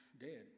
dead